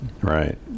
Right